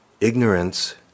Ignorance